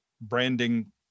branding